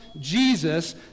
Jesus